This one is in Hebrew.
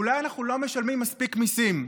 אולי אנחנו לא משלמים מספיק מיסים.